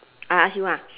I ask you ah